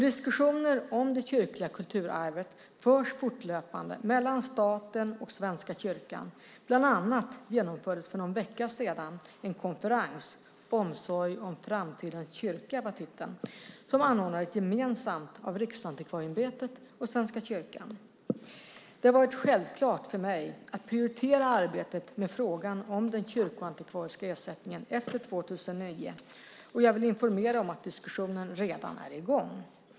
Diskussioner om det kyrkliga kulturarvet förs fortlöpande mellan staten och Svenska kyrkan, bland annat genomfördes för någon vecka sedan en konferens med titeln Omsorg om framtidens kyrka, som anordnades gemensamt av Riksantikvarieämbetet och Svenska kyrkan. Det har varit självklart för mig att prioritera arbetet med frågan om den kyrkoantikvariska ersättningen efter 2009, och jag vill informera om att diskussionen redan är i gång.